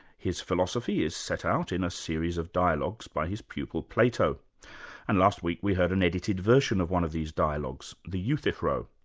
his philosophy is set out in a series of dialogues by his pupil plato and last week we heard an edited version of one of these dialogues, the euthyphrowell,